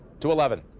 two-eleven